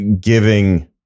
giving